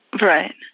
Right